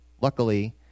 luckily